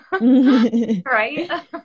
Right